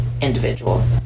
individual